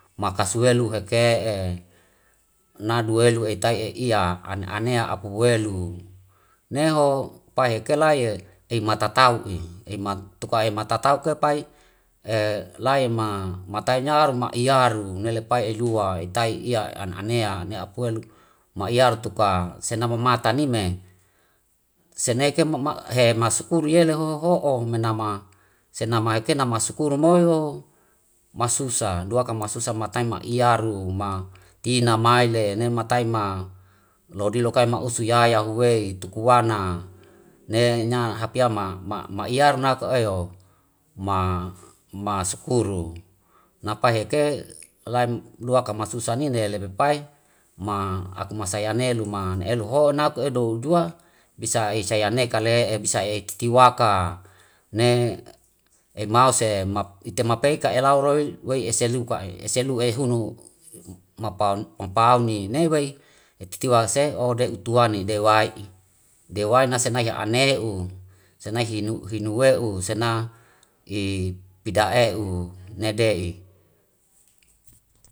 Maka suelu heke'e. Na duele etai e'iya an anea apu welu. Neho pai heke lai'e ei matatau'i, tuka ematatau ke pai lai ma matai nyaru ma iyaru nele pai elua etai iya an anea ne apu welu ma iyaru tuka senama mata nime seneke he masukuri yele hoho'o menama senama ike nama sukuri moi ho masusa dua ka susa matai ma iyaru tinna maile nematai ma lodi lokai ma usu ya yahuwei tuku wana. Ne nya hapia ma ma iyar na ka eho ma sukuru na pai heke lai lua ka masusa ni le lepe pai ma aku masa yanelu ma na elu ho naku edou jua bisa ei sa neka le ei bisa etitiwa ka. Ne emau se ita mapei ka elau roi wei esa luka'e ese lu ei hunu mapau ni ne wei etitiwa se'o de utuwani dewai'i. Dewai na senaya ane'u senai hinu we'u sena pida e'u nede'i.